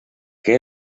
que